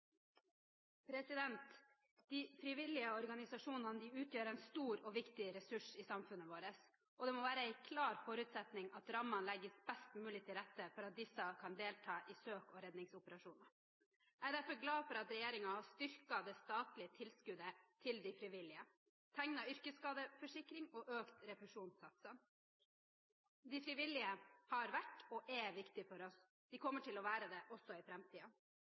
vedtatt. De frivillige organisasjonene utgjør en stor og viktig ressurs i samfunnet vårt. Det må være en klar forutsetning at rammene legges best mulig til rette for at disse kan delta i søk og redningsoperasjoner. Jeg er derfor glad for at regjeringen har styrket det statlige tilskuddet til de frivillige, tegner yrkesskadeforsikring og øker refusjonssatsene. De frivillige har vært og er viktige for oss. De kommer til å være det også i